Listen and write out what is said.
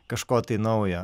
kažko tai naujo